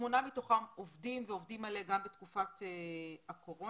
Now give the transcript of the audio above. שמונה מתוכם עובדים ועובדים מלא גם בתקופת הקורונה.